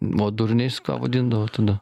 o durniais ką vadindavo tada